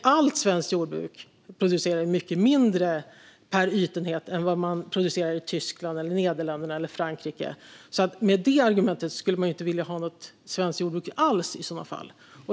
Allt svenskt jordbruk producerar mycket mindre per ytenhet än vad man producerar i Tyskland, Nederländerna eller Frankrike, så med det argumentet skulle man inte vilja ha något svenskt jordbruk alls.